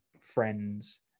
friends